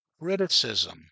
criticism